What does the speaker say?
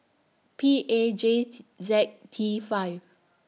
P A J Z T five